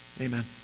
amen